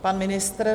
Pan ministr?